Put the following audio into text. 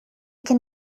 can